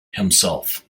himself